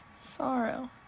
sorrow